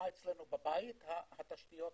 מה אצלנו בבית התשתיות